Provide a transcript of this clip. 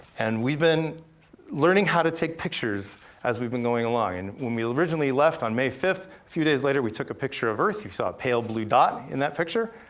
and we've been learning how to take pictures as we've been going along, and when we originally left on may fifth, a few days later, we took a picture of earth, you saw a pale blue dot in that picture,